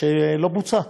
שלא בוצעו.